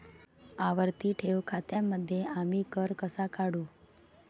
आवर्ती ठेव खात्यांमध्ये आम्ही कर कसा काढू?